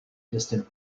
distant